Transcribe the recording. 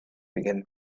begin